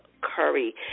Curry